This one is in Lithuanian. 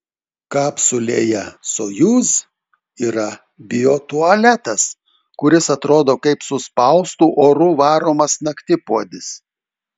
kapsulėje sojuz yra biotualetas kuris atrodo kaip suspaustu oru varomas naktipuodis